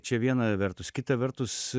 čia vieną vertus kitą vertus